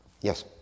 Yes